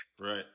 right